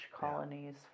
colonies